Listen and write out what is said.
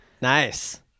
Nice